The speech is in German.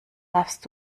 darfst